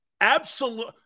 absolute